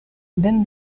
then